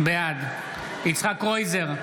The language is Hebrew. בעד יצחק קרויזר,